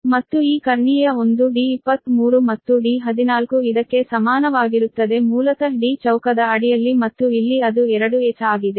ಮತ್ತು ಈ ಕರ್ಣೀಯ ಒಂದು d23 ಮತ್ತು d14 ಇದಕ್ಕೆ ಸಮಾನವಾಗಿರುತ್ತದೆ ಮೂಲತಃ d ಚೌಕದ ಅಡಿಯಲ್ಲಿ ಮತ್ತು ಇಲ್ಲಿ ಅದು 2h ಆಗಿದೆ